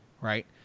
right